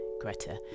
Greta